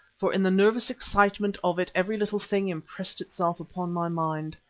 for in the nervous excitement of it every little thing impressed itself upon my mind.